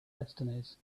destinies